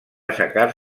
aixecar